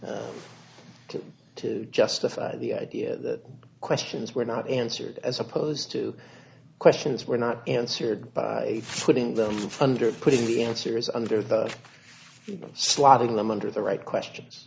to justify the idea that questions were not answered as opposed to questions were not answered by putting them under put in the answers under the slot of them under the right questions